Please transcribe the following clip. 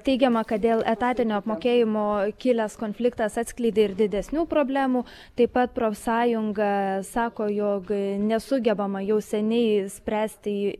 teigiama kad dėl etatinio apmokėjimo kilęs konfliktas atskleidė ir didesnių problemų taip pat profsąjunga sako jog nesugebama jau seniai spręsti